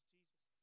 Jesus